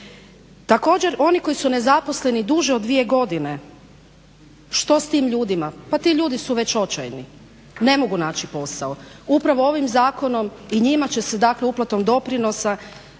Također oni koji su nezaposleni duže od dvije godine, što s tim ljudima? Pa ti ljudi su već očajni, ne mogu naći posao, upravo ovim zakonom i njima će se dakle uplatom doprinosa